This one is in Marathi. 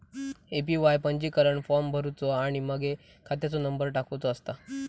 ए.पी.वाय पंजीकरण फॉर्म भरुचो आणि मगे खात्याचो नंबर टाकुचो असता